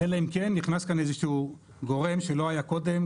אלא אם כן נכנס כאן איזשהו גורם שלא היה קודם,